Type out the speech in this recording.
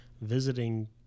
visiting